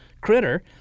critter